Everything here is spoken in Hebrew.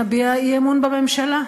נביע אי-אמון בממשלה.